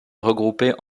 regroupées